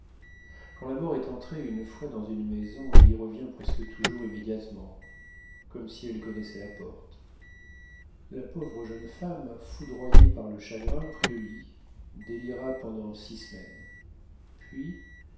quand la mort est entrée une fois dans une maison elle y revient presque toujours immédiatement comme si elle connaissait la porte la pauvre jeune femme foudroyée par le chagrin prit le lit délira pendant six semaines puis